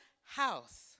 house